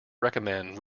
recommend